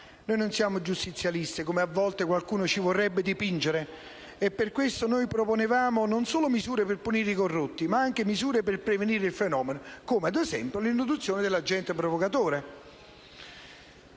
Non siamo giustizialisti, come a volte qualcuno ci vorrebbe dipingere. Per questo proponevamo non solo misure per punire i corrotti, ma anche misure per prevenire il fenomeno, come ad esempio l'introduzione dell'agente provocatore.